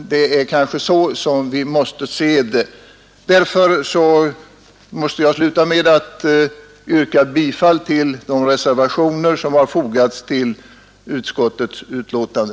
Det är väl så vi måste se saken. Därför måste jag avslutningsvis yrka bifall till de reservationer som har fogats till utskottets betänkande.